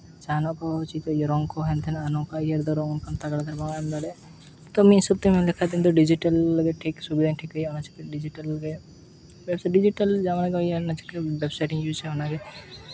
ᱡᱟᱦᱟᱱᱟᱜ ᱠᱚ ᱪᱤᱠᱟᱹᱭ ᱦᱩᱭᱩᱜᱼᱟ ᱨᱚᱝ ᱠᱚ ᱦᱮᱱ ᱛᱷᱮᱱᱚᱜᱼᱟ ᱱᱚᱝᱠᱟ ᱤᱭᱟᱹ ᱨᱮᱫᱚ ᱨᱚᱝ ᱠᱚ ᱛᱟᱜᱽᱲᱟ ᱧᱚᱜ ᱵᱟᱢ ᱮᱢ ᱫᱟᱲᱮᱭᱟᱜᱼᱟ ᱢᱤᱫ ᱦᱤᱥᱟᱹᱵ ᱛᱮ ᱢᱮᱱ ᱞᱮᱠᱷᱟᱡ ᱫᱚ ᱤᱧᱫᱚ ᱰᱤᱡᱤᱴᱮᱞᱟᱜ ᱜᱮ ᱴᱷᱤᱠ ᱥᱩᱵᱤᱫᱷᱟᱧ ᱴᱷᱤᱠᱟᱹᱭᱟ ᱚᱱᱟ ᱪᱤᱠᱟᱹ ᱰᱤᱡᱤᱴᱮᱞ ᱜᱮ ᱰᱤᱡᱤᱴᱟᱞ ᱡᱟᱢᱟᱱᱟ ᱠᱟᱱ ᱜᱮᱭᱟ ᱚᱱᱟ ᱪᱤᱠᱟᱹ ᱳᱭᱮᱵ ᱥᱟᱹᱭᱤᱴᱤᱧ ᱤᱭᱩᱡᱟ ᱚᱱᱟᱜᱮ